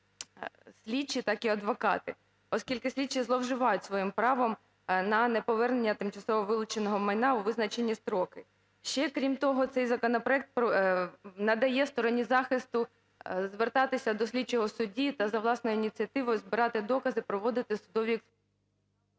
слідчі, так і адвокати, оскільки слідчі зловживають своїм правом на неповернення тимчасово вилученого майна у визначені строки. Ще, крім того, цей законопроект надає стороні захисту звертатися до слідчого судді та за власною ініціативою збирати докази, проводити судові...